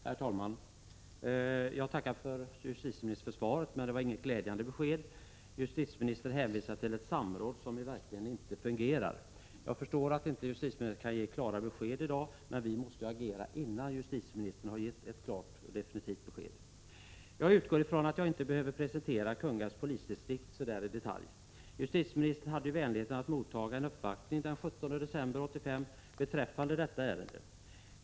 Herr talman! Jag tackar justitieministern för svaret, men det var inget glädjande besked. Justitieministern hänvisar till ett samråd som i verkligheten inte fungerar. Jag förstår att justitieministern inte kan ge klara besked i dag. Men vi måste agera innan justitieministern har givit ett klart, definitivt besked. Jag utgår ifrån att jag inte behöver presentera Kungälvs polisdistrikt i detalj. Justitieministern hade vänligheten att mottaga en uppvaktning den 17 december 1986 beträffande detta ärende.